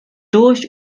durch